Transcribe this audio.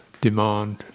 demand